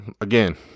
again